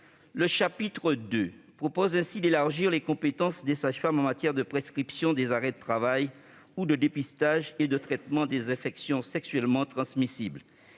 Le chapitre II prévoit ainsi d'élargir les compétences des sages-femmes en matière de prescription des arrêts de travail, ou de dépistage et de traitement des infections sexuellement transmissibles.